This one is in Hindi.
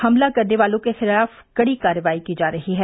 हमला करने वालों के खिलाफ कड़ी कार्रवाई की जा रही है